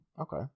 Okay